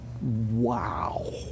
Wow